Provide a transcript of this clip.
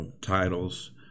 titles